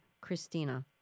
Christina